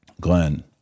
Glenn